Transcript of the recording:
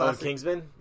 Kingsman